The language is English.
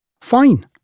Fine